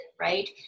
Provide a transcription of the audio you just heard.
right